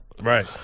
Right